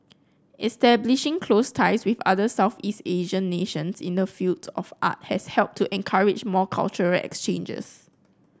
establishing close ties with other Southeast Asian nations in the field of art has helped to encourage more cultural exchanges